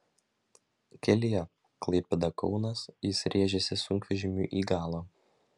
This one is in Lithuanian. kelyje klaipėda kaunas jis rėžėsi sunkvežimiui į galą